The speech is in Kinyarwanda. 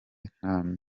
nta